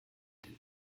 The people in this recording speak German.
den